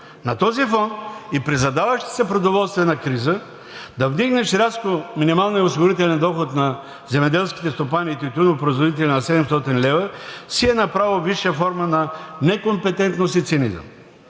На този фон и при задаващата се продоволствена криза да вдигнеш рязко минималния осигурителен доход на земеделските стопани и тютюнопроизводители на 700 лв. си е направо висша форма на некомпетентност и цинизъм.